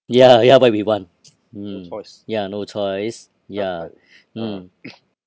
ya ya what we want mm ya no choice ya mm